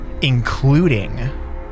including